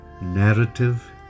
narrative